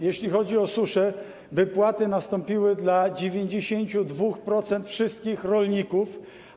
Jeśli chodzi o suszę, wypłaty nastąpiły dla 92% wszystkich rolników.